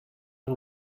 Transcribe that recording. and